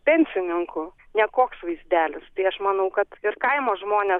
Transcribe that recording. pensininkų nekoks vaizdelis tai aš manau kad ir kaimo žmonės